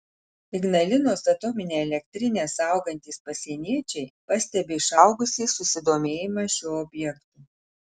ignalinos atominę elektrinę saugantys pasieniečiai pastebi išaugusį susidomėjimą šiuo objektu